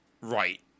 Right